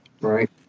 right